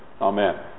Amen